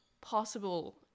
possible